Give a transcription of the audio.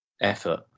effort